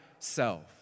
self